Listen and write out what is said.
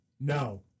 No